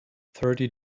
thirty